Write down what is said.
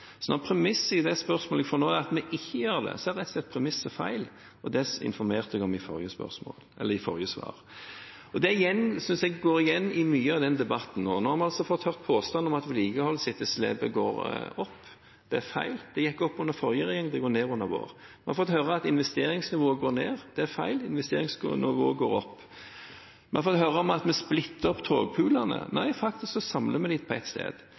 premisset i det spørsmålet jeg får nå, er at vi ikke gjør det, er premisset rett og slett feil, og det informerte jeg om i forrige svar. Det synes jeg går igjen i mye av denne debatten. Nå har vi altså fått høre påstander om at vedlikeholdsetterslepet går opp. Det er feil. Det gikk opp under forrige regjering, det går ned under vår. Vi får høre at investeringsnivået går ned. Det er feil; investeringsnivået går opp. Vi har fått høre at vi splitter opp togpoolene. Nei, vi samler vi dem på ett sted.